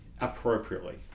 appropriately